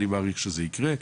אז אני מעריך שזה יקרה.